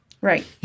Right